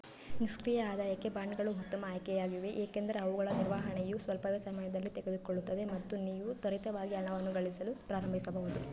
ನಿಷ್ಕ್ರಿಯ ಆದಾಯಕ್ಕೆ ಬಾಂಡ್ಗಳು ಉತ್ತಮ ಆಯ್ಕೆಯಾಗಿವೆ ಏಕೆಂದರೆ ಅವುಗಳ ನಿರ್ವಹಣೆಯು ಸ್ವಲ್ಪವೇ ಸಮಯದಲ್ಲಿ ತೆಗೆದುಕೊಳ್ಳುತ್ತದೆ ಮತ್ತು ನೀವು ತ್ವರಿತವಾಗಿ ಹಣವನ್ನು ಗಳಿಸಲು ಪ್ರಾರಂಭಿಸಬಹುದು